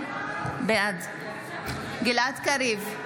בעד גלעד קריב,